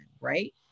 right